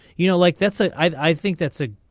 you know like that's it i think that's a